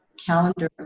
Calendar